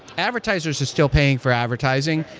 advertisers are still paying for advertising.